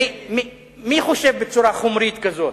מי חושב בצורה חומרית כזאת?